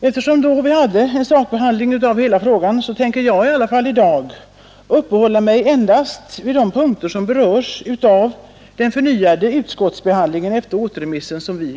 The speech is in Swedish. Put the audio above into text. Eftersom vi då också hade en sakbehandling av hela frågan tänker jag i dag endast uppehålla mig vid de punkter som berörs av den förnyade utskottsbehandling vi yrkat på.